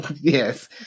Yes